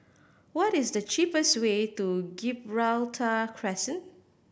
what is the cheapest way to Gibraltar Crescent